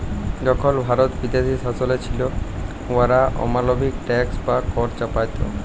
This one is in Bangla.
যখল ভারত বিদেশী শাসলে ছিল, উয়ারা অমালবিক ট্যাক্স বা কর চাপাইত